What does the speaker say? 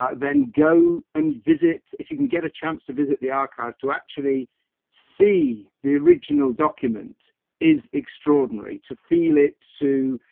um then go and visit, if you can get a chance to visit the archive to actually see the original document is extraordinary, to feel it to,